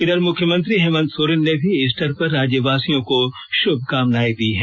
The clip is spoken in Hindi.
इधर मुख्यमंत्री हेमंत सोरेन ने भी ईस्टर पर राज्यवासियों को श्भकामनाएं दी हैं